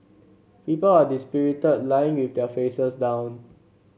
people are dispirited lying with their faces down